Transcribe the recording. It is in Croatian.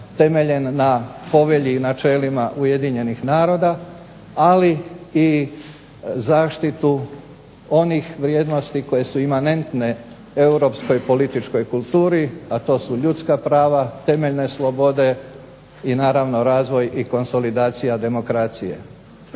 na povelji i načelima Ujedinjenih naroda ali i na zaštitu onih vrijednosti koje su imanentne Europskoj političkoj kulturi a to su ljudska prava, temeljne slobode a naravno i razvoj i konsolidacija demokracije.